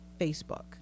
Facebook